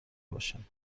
باشن